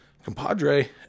compadre